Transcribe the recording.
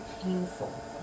painful